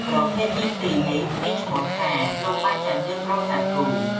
ប្រភេទទីពីរនេះមានឈ្មោះថា នំបាញ់ចានឿកគ្រាប់សាគូ។